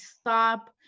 stop